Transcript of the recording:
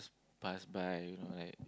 pass by you know like